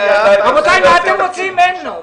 רבותיי, מה אתם רוצים ממנו?